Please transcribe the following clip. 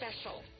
special